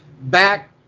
back